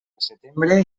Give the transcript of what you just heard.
setembre